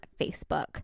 Facebook